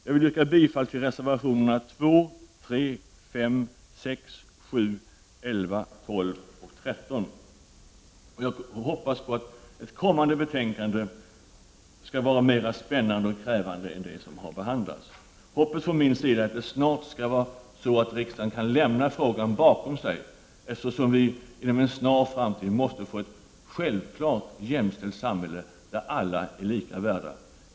Jag yrkar bifall till reservationerna 2, 3, 5, 6, 7, 11, 12 och 13: Jag hoppas att ett kommande betänkande blir mera spännande och krävande än det som nu har behandlats. Det är min förhoppning att riksdagen snart skall kunna lämna frågan bakom sig. Inom en snar framtid måste vi ju få ett självklart jämställt samhälle där alla är lika värda.